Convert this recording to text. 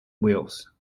wheels